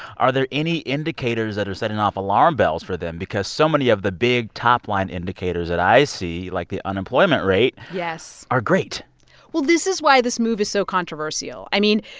are there any indicators that are setting off alarm bells for them? because so many of the big top-line indicators that i see, like, the unemployment rate. yes. are great well, this is why this move is so controversial. i mean,